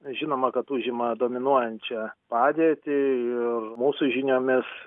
žinoma kad užima dominuojančią padėtį ir mūsų žiniomis